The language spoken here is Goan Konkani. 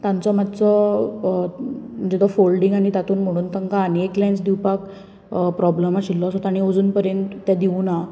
तांचो मातसो बीट ऑफ फोल्डींग आनी तातूंत म्हणून तांकां आनी एकस लँस दिवपाक प्रॉब्लम आशिल्लो सो ताणी अजून परेन तो दिवना